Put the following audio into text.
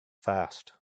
fast